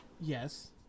yes